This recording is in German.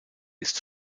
ist